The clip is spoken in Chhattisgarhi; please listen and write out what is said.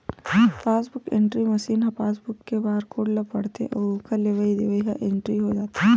पासबूक एंटरी मसीन ह पासबूक के बारकोड ल पड़थे अउ ओखर लेवई देवई ह इंटरी हो जाथे